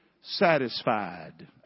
satisfied